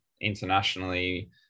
internationally